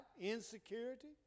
insecurity